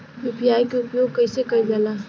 UPI के उपयोग कइसे कइल जाला?